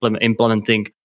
implementing